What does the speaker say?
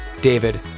David